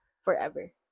forever